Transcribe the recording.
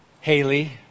Haley